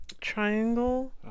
triangle